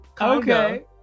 okay